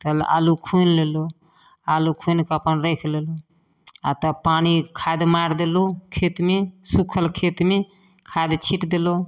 तऽ आलू खुनि लेलहुँ आलू खुनिकऽ अपन राखि लेलहुँ आओर तब पानि खाद मारि देलहुँ खेतमे सुखल खेतमे खाद छीटि देलहुँ